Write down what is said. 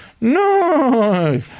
No